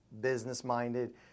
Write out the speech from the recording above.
business-minded